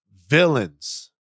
villains